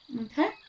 Okay